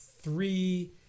three